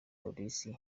polisi